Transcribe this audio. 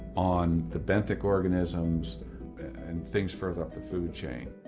on the benthic organisms and things further up the food chain?